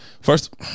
First